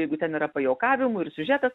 jeigu ten yra pajuokavimų ir siužetas